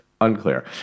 Unclear